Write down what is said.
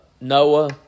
Noah